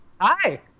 Hi